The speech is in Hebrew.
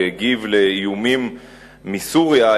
שהגיב על האיומים מסוריה,